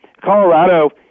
Colorado